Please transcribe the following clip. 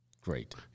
Great